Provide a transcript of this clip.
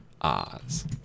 Oz